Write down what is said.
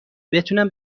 بتونم